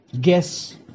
guess